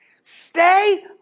Stay